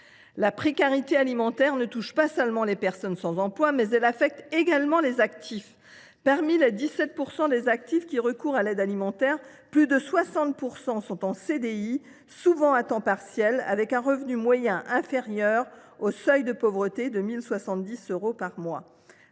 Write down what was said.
La précarité alimentaire touche non seulement les personnes sans emploi, mais elle affecte également les actifs. Parmi les 17 % d’entre eux qui recourent à l’aide alimentaire, plus de 60 % sont en CDI, souvent à temps partiel, avec un revenu moyen inférieur au seuil de pauvreté de 1 070 euros par mois.